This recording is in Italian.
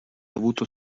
avuto